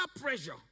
pressure